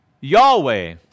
Yahweh